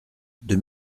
deux